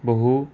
বহু